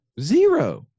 zero